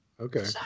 okay